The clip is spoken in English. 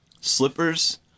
slippers